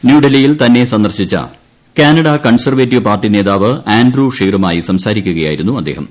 ന്യൂഡൽഹിയിൽ തന്നെ സന്ദർശിച്ച കാനഡ കൺസർവേറ്റീവ് പാർട്ടി നേതാവ് ആൻഡ്രൂ ഷീറുമായി സംസാരിക്കുകയായിരുന്നു അദ്ദേഹം